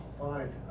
fine